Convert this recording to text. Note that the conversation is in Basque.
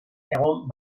egon